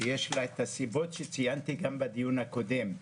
שיש לה את הסיבות שציינתי גם בדיון הקודם: